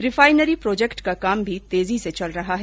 refinery project का काम भी तेजी से चल रहा है